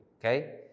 okay